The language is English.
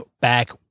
back